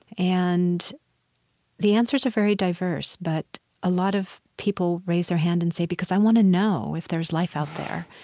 and the answers are very diverse, but a lot of people raised their hand and said, because i want to know if there's life out there.